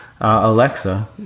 Alexa